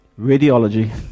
Radiology